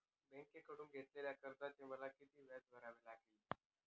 बँकेकडून घेतलेल्या कर्जाचे मला किती व्याज भरावे लागेल?